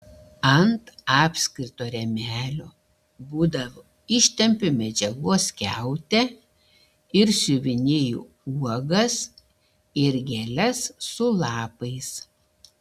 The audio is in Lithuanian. ant apskrito rėmelio būdavo ištempiu medžiagos skiautę ir siuvinėju uogas ir gėles su lapais